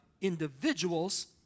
individuals